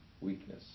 weakness